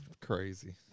crazy